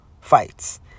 fights